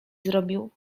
zrobił